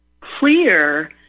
clear